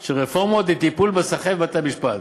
של רפורמות, לטיפול בסחבת בבתי-המשפט.